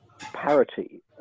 Parity